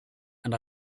and